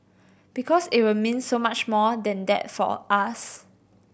because it will mean so much more than that for us